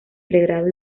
pregrado